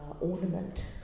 ornament